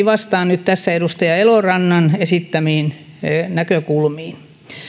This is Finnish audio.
vastaan nyt tässä edustaja elorannan esittämiin näkökulmiin